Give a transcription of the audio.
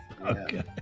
Okay